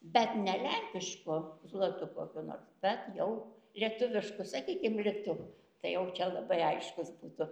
bet ne lenkišku zlotu kokiu nors bet jau lietuvišku sakykim litu tai jau čia labai aiškus būtų